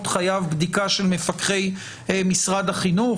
חייב בדיקה של מפקחי משרד החינוך?